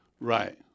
Right